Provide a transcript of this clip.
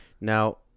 Now